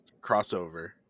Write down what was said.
crossover